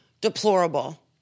deplorable